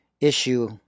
issue